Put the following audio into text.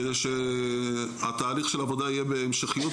כדי שתהליך של העבודה יהיה בהמשכיות.